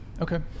okay